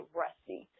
rusty